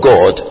God